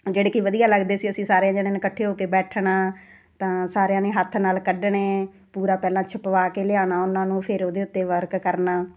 ਜਿਹੜੇ ਕਿ ਵਧੀਆ ਲੱਗਦੇ ਸੀ ਅਸੀਂ ਸਾਰੇ ਜਣਿਆਂ ਇਕੱਠੇ ਹੋ ਕੇ ਬੈਠਣਾ ਤਾਂ ਸਾਰਿਆਂ ਨੇ ਹੱਥ ਨਾਲ ਕੱਢਣੇ ਪੂਰਾ ਪਹਿਲਾਂ ਛਪਵਾ ਕੇ ਲਿਆਉਣਾ ਉਹਨਾਂ ਨੂੰ ਫਿਰ ਉਹਦੇ ਉੱਤੇ ਵਰਕ ਕਰਨਾ